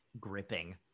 gripping